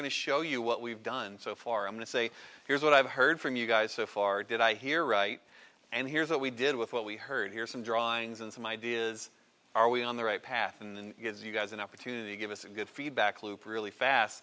going to show you what we've done so far and say here's what i've heard from you guys so far did i hear right and here's what we did with what we heard here some drawings and some ideas are we on the right path and gives you guys an opportunity give us a good feedback loop really fast